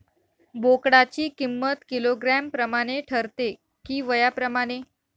बोकडाची किंमत किलोग्रॅम प्रमाणे ठरते कि वयाप्रमाणे?